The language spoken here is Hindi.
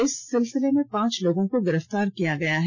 इस सिलसिले में पांच लोगों को गिरफ्तार किया गया है